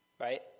Right